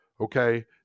Okay